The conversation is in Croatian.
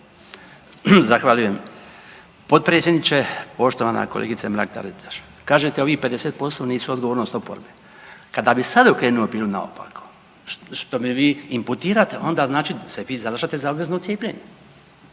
Zahvaljujem potpredsjedniče. Poštovana kolegice Mrak Taritaš kažete ovih 50% nisu odgovornost oporbe, kada bi sada okrenuo pilu naopako što mi imputirate onda znači da se vi zalažete za obvezno cijepljenje